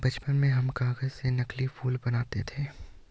बचपन में हम कागज से नकली फूल बनाते थे